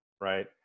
right